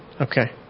Okay